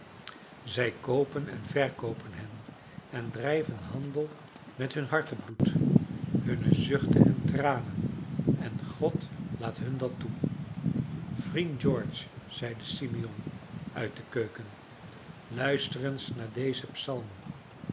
zij koopen en verkoopen hen en drijven handel met hun hartebloed hunne zuchten en tranen en god laat hun dat toe vriend george zeide simeon uit de keuken luister eens naar dezen